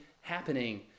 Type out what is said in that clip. happening